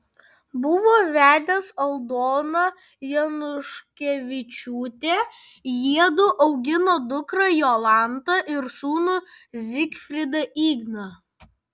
buvo vedęs aldona januškevičiūtę jiedu augino dukrą jolantą ir sūnų zigfridą igną